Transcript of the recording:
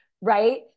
Right